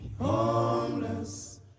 Homeless